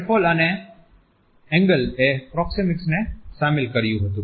રેફલ અને એન્ગલ એ પ્રોક્સિમિક્સને શામેલ કર્યુ હતુ